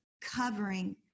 covering